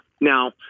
Now